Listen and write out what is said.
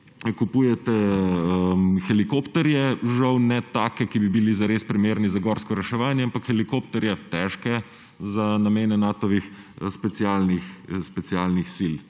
kupujete helikopterje, žal ne takšnih, ki bi bili zares primerni za gorsko reševanje, ampak težke helikopterje za namene Natovih specialnih sil.